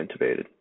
intubated